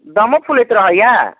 दमो फुलैत रहैया